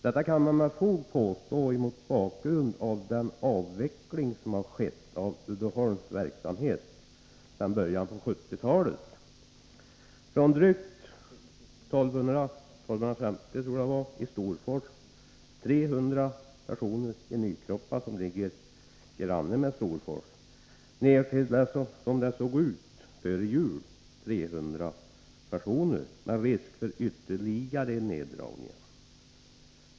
Detta kan man med fog påstå mot bakgrund av den avveckling som har skett av Uddeholms verksamhet sedan början av 1970-talet. Det gäller en neddragning från 1 200 — jag tror att det rör sig om 1 250 — personer i Storfors och 300 personer i Nykroppa, som gränsar till Storfors, till, som det såg ut före jul, 300 personer. Dessutom föreligger risk för ytterligare neddragning.